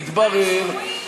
אישורים לשבת.